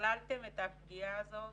תכללתם את הפגיעה הזאת